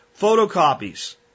Photocopies